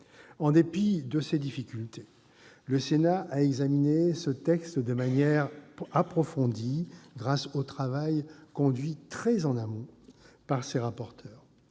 En dépit de ces difficultés, le Sénat a examiné ce projet de loi de manière approfondie, grâce au travail conduit très en amont par ses rapporteurs,